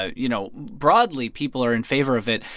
you know, broadly, people are in favor of it,